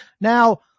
Now